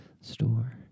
store